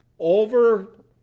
Over